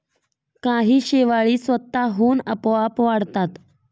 काही शेवाळी स्वतःहून आपोआप वाढतात